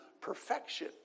perfection